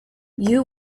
you